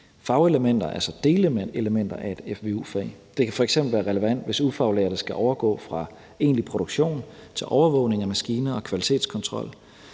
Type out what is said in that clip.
fagelementer, altså delelementer af et fvu-fag. Det kan f.eks. være relevant, hvis ufaglærte skal overgå fra egentlig produktion til overvågning af maskiner og kvalitetskontrol.